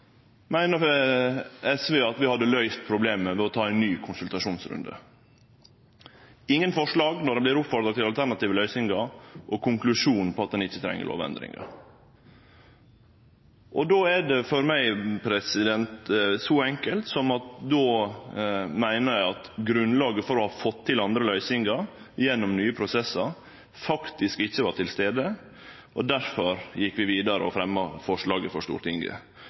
meiner SV at vi hadde løyst problemet med å ta ein ny konsultasjonsrunde. Det kjem ingen forslag når ein vert oppfordra til alternative løysingar, og konklusjonen er at ein ikkje treng lovendringar. Då er det for meg så enkelt som at eg meiner at grunnlaget for å få til andre løysingar gjennom nye prosessar faktisk ikkje var til stades, og difor gjekk vi vidare og fremja forslaget for Stortinget.